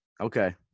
Okay